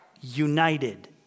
united